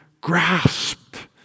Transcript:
grasped